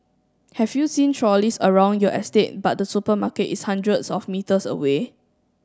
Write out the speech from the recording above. have you seen trolleys around your estate but the supermarket is hundreds of metres away